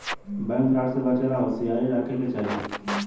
bank fraud से बचे ला होसियारी राखे के चाही